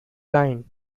blind